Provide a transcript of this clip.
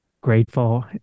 grateful